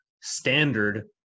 standard